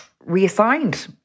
reassigned